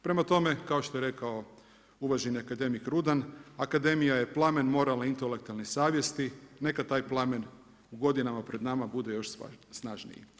Prema tome, kao što je rekao uvaženi akademik Rudan, akademija je plamen moralne intelektualne savjesti, neka taj plamen u godinama pred nama bude još snažniji.